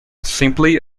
simply